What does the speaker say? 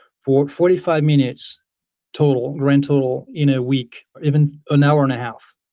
forty forty five minutes total, grand total, in a week, even an hour and a half,